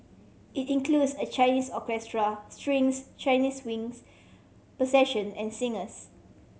it includes a Chinese orchestra strings Chinese winds percussion and singers